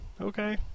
Okay